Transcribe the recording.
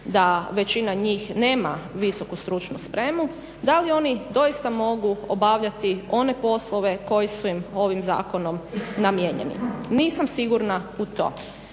da većina njih nema visoku stručnu spremu, da li oni doista mogu obavljati one poslove koji su im ovim zakonom namijenjeni. Nisam sigurna u to.